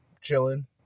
chilling